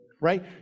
right